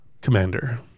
commander